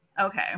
okay